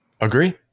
Agree